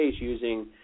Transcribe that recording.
using –